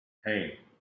hey